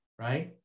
right